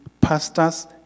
pastors